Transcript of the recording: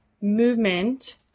movement